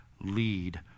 lead